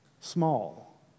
small